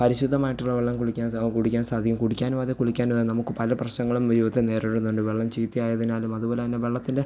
പരിശുദ്ധമായിട്ടുള്ള വെള്ളം കുടിക്കാൻ സാ കുടിക്കാൻ സാധിക്കും കുടിക്കാനും അതെ കുളിക്കാനും അതെ നമുക്ക് പല പ്രശ്നങ്ങളും ജീവിതത്തിൽ നേരിടുന്നുണ്ട് വെള്ളം ചീത്തയായതിനാലും അതുപോലെ തന്നെ വെള്ളത്തിൻ്റെ